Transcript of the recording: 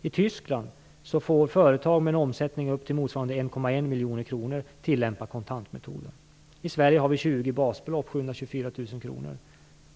I Tyskland får företag med en omsättning upp till motsvarande 1,1 miljon kronor tillämpa kontantmetoden. I Sverige handlar det om 20 basbelopp, 724 000 kr.